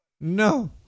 No